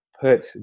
put